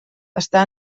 està